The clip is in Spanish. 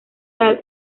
tal